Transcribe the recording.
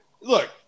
Look